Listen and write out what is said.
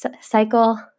cycle